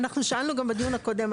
אנחנו שאלנו גם בדיון הקודם.